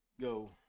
go